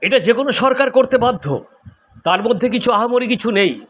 এটা যে কোনো সরকার করতে বাধ্য তার মধ্যে কিছু আহামরি কিছু নেই